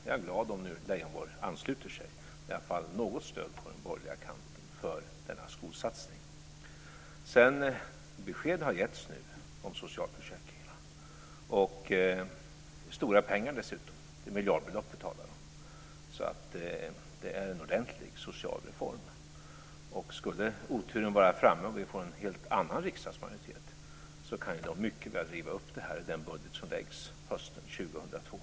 Jag är glad om Leijonborg nu ansluter sig - det är i alla fall något stöd på den borgerliga kanten för denna skolsatsning. Besked har nu getts om socialförsäkringarna, och stora pengar dessutom - det är miljardbelopp vi talar om. Det är alltså en ordentlig social reform. Skulle oturen vara framme och vi får en helt annan riksdagsmajoritet kan den mycket väl riva upp det här i den budget som läggs hösten 2002.